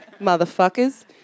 motherfuckers